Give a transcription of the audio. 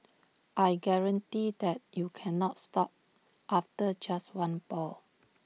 I guarantee that you cannot stop after just one ball